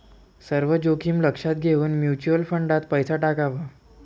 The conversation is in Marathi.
सर्व जोखीम लक्षात घेऊन म्युच्युअल फंडात पैसा टाकावा